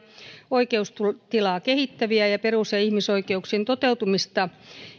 oikeustilaa kehittäviä ja perus ja ihmisoikeuksien toteutumista